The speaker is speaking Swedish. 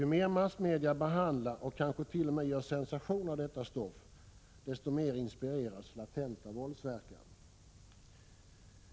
Ju mer massmedia behandlar och kanske t.o.m. gör sensation av detta stoft, desto mer inspireras latenta våldsverkare.